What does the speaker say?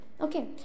okay